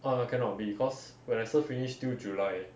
ah cannot be cause when I serve finish still july